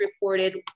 reported